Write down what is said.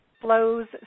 flows